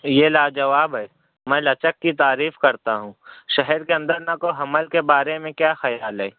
یہ لاجواب ہے میں لچک کی تعریف کرتا ہوں شہر کے اندر نقل و حمل کے بارے میں کیا خیال ہے